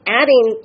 adding